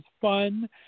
fun